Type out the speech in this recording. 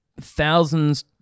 thousands